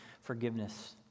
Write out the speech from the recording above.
forgiveness